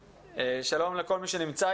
שלום לכולם,